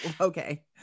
okay